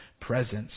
presence